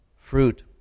fruit